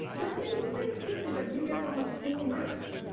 they're getting the same treatment that you get from a school nurse.